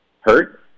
hurt